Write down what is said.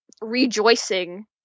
rejoicing